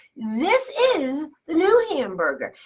this is the new hamburger.